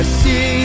see